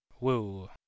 Woo